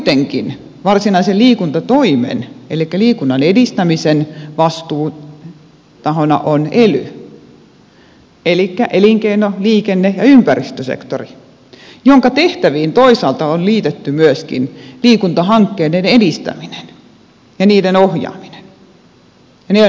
kuitenkin varsinaisen liikuntatoimen elikkä liikunnan edistämisen vastuutahona on ely elikkä elinkeino liikenne ja ympäristösektori jonka tehtäviin toisaalta on liitetty myöskin liikuntahankkeiden edistäminen ja niiden ohjaaminen neuvonta